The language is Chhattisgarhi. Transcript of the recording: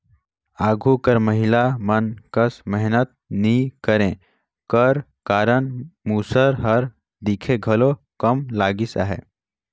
आघु कर महिला मन कस मेहनत नी करे कर कारन मूसर हर दिखे घलो कम लगिस अहे